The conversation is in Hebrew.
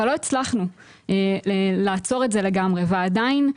אבל לא הצלחנו לעצור את זה לגמרי ועדיין,